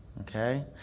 okay